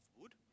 wood